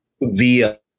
via